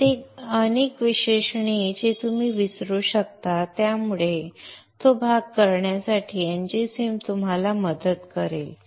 इतर अनेक विश्लेषणे जी तुम्ही विसरू शकता त्यामुळे तो भाग करण्यासाठी ngSim तुम्हाला मदत करते